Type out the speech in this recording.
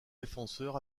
défenseur